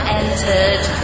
entered